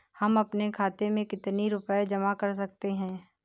हम अपने खाते में कितनी रूपए जमा कर सकते हैं?